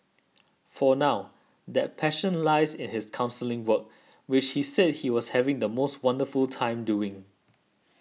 for now that passion lies in his counselling work which he said he was having the most wonderful time doing